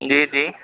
جی جی